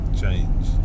change